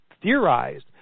theorized